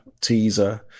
teaser